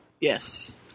Yes